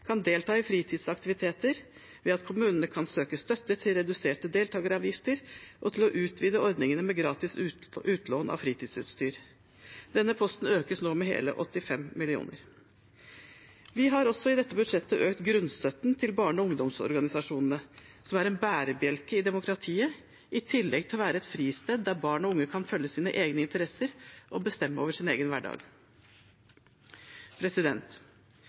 kan delta i fritidsaktiviteter, ved at kommunene kan søke støtte til reduserte deltakeravgifter og til å utvide ordningene med gratis utlån av fritidsutstyr. Denne posten økes nå med hele 85 mill. kr. Vi har også i dette budsjettet økt grunnstøtten til barne- og ungdomsorganisasjonene, som er en bærebjelke i demokratiet, i tillegg til å være et fristed der barn og unge kan følge sine egne interesser og bestemme over sin egen hverdag.